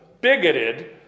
bigoted